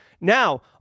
Now